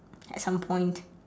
at some point